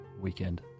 weekend